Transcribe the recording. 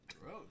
Gross